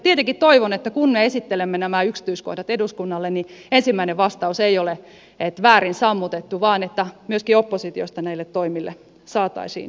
tietenkin toivon että kun me esittelemme nämä yksityiskohdat eduskunnalle ensimmäinen vastaus ei ole että väärin sammutettu vaan että myöskin oppositiosta näille toimille saataisiin tukea